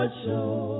show